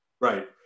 right